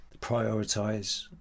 prioritize